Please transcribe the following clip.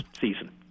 season